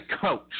coach